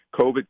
COVID